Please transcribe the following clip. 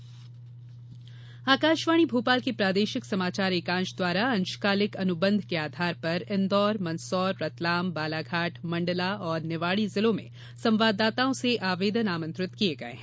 अंशकालिक संवाददाता आकाशवाणी भोपाल के प्रादेशिक समाचार एकांश द्वारा अंशकालिक अनुबंध के आधार पर इन्दौर मंदसौर रतलाम बालाघाट मंडला और निवाड़ी जिलों में संवाददाताओं से आवेदन आमंत्रित किये गये हैं